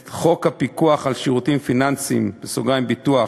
את חוק הפיקוח על שירותים פיננסיים (ביטוח),